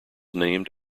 named